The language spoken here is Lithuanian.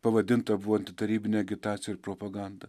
pavadinta buvo antitarybine agitacija ir propaganda